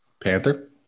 Panther